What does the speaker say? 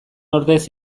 ordez